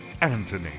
Anthony